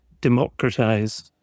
democratize